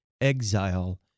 exile